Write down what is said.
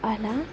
అలా